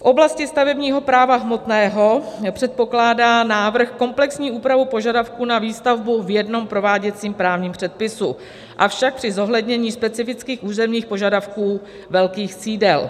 V oblasti stavebního práva hmotného předpokládá návrh komplexní úpravu požadavků na výstavbu v jednom prováděcím právním předpisu, avšak při zohlednění specifických územních požadavků velkých sídel.